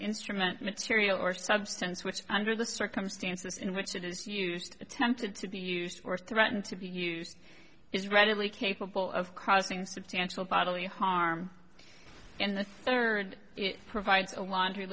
instrument material or substance which under the circumstances in which it is used attempted to be used or threatened to be used is readily capable of causing substantial bodily harm and the third provides a laundry